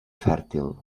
fèrtil